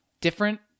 different